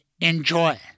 Enjoy